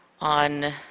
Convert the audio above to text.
on